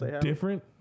different